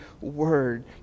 word